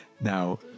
Now